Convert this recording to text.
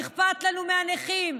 אכפת לנו מהנכים,